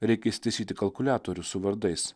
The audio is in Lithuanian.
reikia įsitaisyti kalkuliatorių su vardais